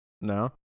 No